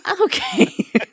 Okay